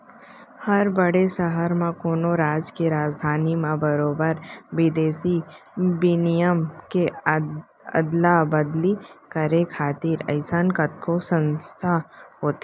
हर बड़े सहर म, कोनो राज के राजधानी म बरोबर बिदेसी बिनिमय के अदला बदली करे खातिर अइसन कतको संस्था होथे